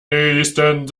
nächsten